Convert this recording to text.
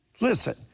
Listen